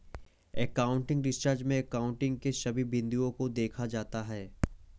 accounting research में accounting के सभी बिंदुओं को देखा जाता है